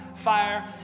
fire